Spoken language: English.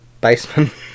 basement